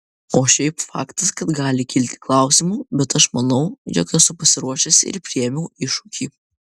o šiaip faktas kad gali kilti klausimų bet aš manau jog esu pasiruošęs ir priėmiau iššūkį